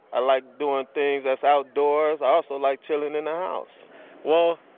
i like doing things that's outdoors. i also like chililng in the house well,